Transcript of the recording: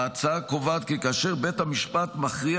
ההצעה קובעת כי כאשר בית המשפט מכריע